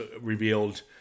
revealed